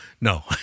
no